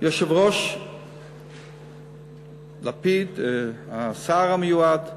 היושב-ראש לפיד, השר המיועד,